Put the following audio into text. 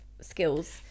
skills